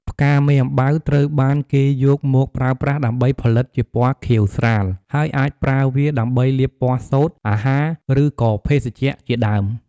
ផ្កាមេអំបៅ ត្រូវបានគេយកមកប្រើប្រាស់ដើម្បីផលិតជាពណ៌ខៀវស្រាល ហើយអាចប្រើវាដើម្បីលាបពណ៌សូត្រ អាហារ ឬក៏ភេសជ្ជៈ ជាដើម។